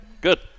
Good